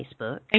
Facebook